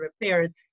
repaired